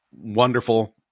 wonderful